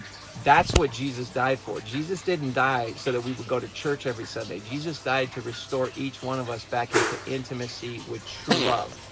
that's what jesus died for! jesus didn't die so that we would go to church every sunday. jesus died to restore each one of us back into intimacy with true love.